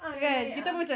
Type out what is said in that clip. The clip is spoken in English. ah dah naik a'ah